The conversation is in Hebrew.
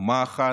אומה אחת,